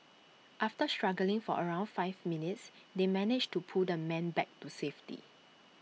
after struggling for around five minutes they managed to pull the man back to safety